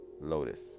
lotus